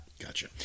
Gotcha